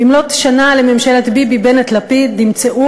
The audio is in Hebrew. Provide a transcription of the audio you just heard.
במלאות שנה לממשלת ביבי-בנט-לפיד נמצאו